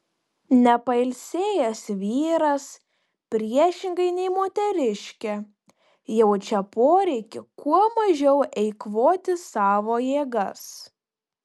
nepailsėjęs vyras priešingai nei moteriškė jaučia poreikį kuo mažiau eikvoti savo jėgas